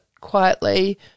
quietly